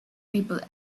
people